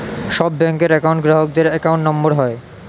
সব ব্যাঙ্কের একউন্ট গ্রাহকদের অ্যাকাউন্ট নম্বর হয়